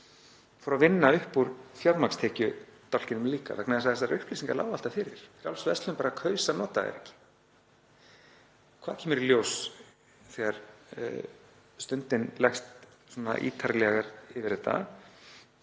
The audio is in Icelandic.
fór að vinna upp úr fjármagnstekjudálkinum líka vegna þess að þessar upplýsingar lágu alltaf fyrir. Frjáls verslun kaus bara að nota þær ekki. Hvað kemur í ljós þegar Stundin leggst ítarlegar yfir þetta?